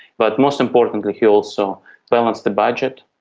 but most importantly he also balanced the budget.